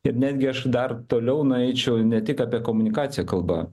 ir netgi aš dar toliau nueičiau ne tik apie komunikaciją kalba